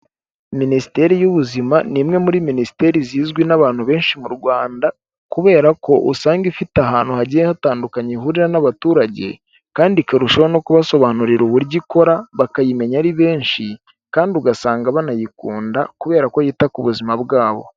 Minisiteri y'ubuzima ni imwe muri minisiteri zizwi n'abantu benshi mu Rwanda kubera ko usanga ifite ahantu hagiye hatandukanye ihurira n'abaturage, kandi ikarushaho no kubasobanurira uburyo ikora bakayimenya ari benshi, kandi ugasanga banayikunda kubera ko yita ku buzima bwabo.